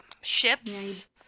Ships